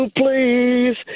please